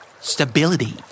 Stability